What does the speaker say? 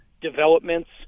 developments